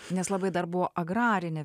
nes labai dar buvo agrarinė